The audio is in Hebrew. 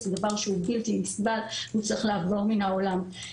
זה דבר שהוא בלתי נסבל והוא צריך לעבור מן העולם.